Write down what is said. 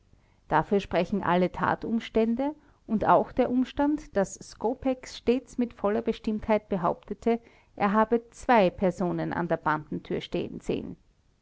dafür sprechen alle tatumstände und auch der umstand daß skopeck stets mit voller bestimmtheit behauptete er habe zwei personen an der bandentür stehen sehen